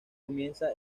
comienza